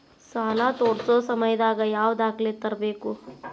ಸಾಲಾ ತೇರ್ಸೋ ಸಮಯದಾಗ ಯಾವ ದಾಖಲೆ ತರ್ಬೇಕು?